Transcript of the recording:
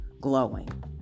glowing